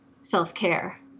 self-care